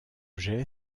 j’ai